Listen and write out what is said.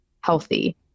healthy